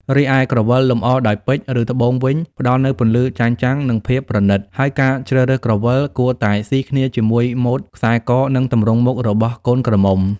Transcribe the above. រីឯក្រវិលលម្អដោយពេជ្រ ឬត្បូងវិញ ផ្តល់នូវពន្លឺចែងចាំង និងភាពប្រណិត ហើយការជ្រើសរើសក្រវិលគួរតែស៊ីគ្នាជាមួយម៉ូតខ្សែក និងទម្រង់មុខរបស់កូនក្រមុំ។